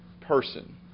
person